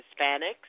hispanics